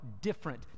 different